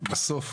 אני חושב